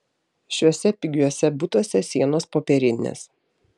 šiuose pigiuose butuose sienos popierinės